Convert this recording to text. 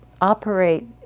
operate